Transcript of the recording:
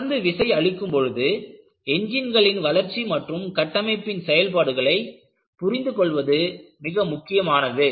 தொடர்ந்து விசை அளிக்கும் பொழுது என்ஜின்களின் வளர்ச்சி மற்றும் கட்டமைப்பின் செயல்பாடுகளை புரிந்து கொள்வது மிக முக்கியமானது